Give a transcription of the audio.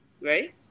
right